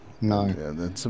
no